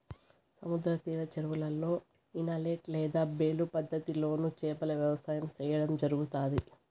సముద్ర తీర చెరువులలో, ఇనలేట్ లేదా బేలు పద్ధతి లోను చేపల వ్యవసాయం సేయడం జరుగుతాది